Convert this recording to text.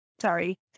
Sorry